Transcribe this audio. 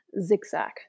zigzag